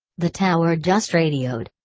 the tower just radioed.